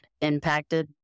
impacted